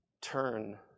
turn